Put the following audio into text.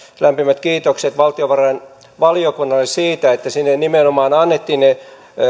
lämpimät kiitokset valtiovarainvaliokunnalle siitä että sinne nimenomaan annettiin ne